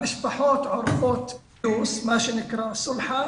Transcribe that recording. המשפחות עורכות סולחה